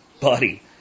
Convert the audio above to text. buddy